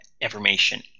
information